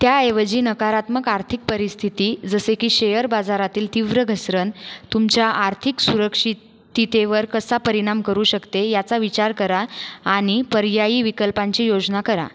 त्याऐवजी नकारात्मक आर्थिक परिस्थिती जसे की शेअर बाजारातील तीव्र घसरण तुमच्या आर्थिक सुरक्षिततेवर कसा परिणाम करू शकते याचा विचार करा आणि पर्यायी विकल्पांची योजना करा